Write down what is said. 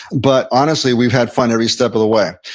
but honestly, we've had fun every step of the way.